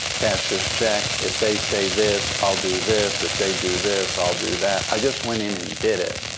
cash this check. if they say this, i'll do this. if they do this, i'll do that. i just went in and did it.